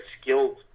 skilled